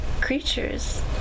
creatures